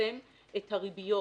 נפרסם את הריביות,